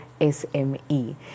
SME